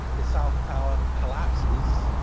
the south tower collapses.